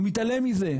הוא מתעלם מזה,